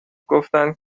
گفتند